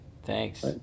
Thanks